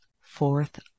fourth